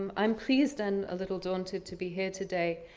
um i am pleased and a little daunted to be here today.